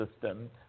system